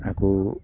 আকৌ